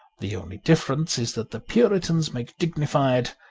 the only difference is that the puritans make dignified,